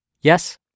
Yes